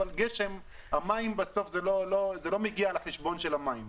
אבל זה לא מגיע לחשבון של המים.